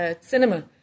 Cinema